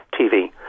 TV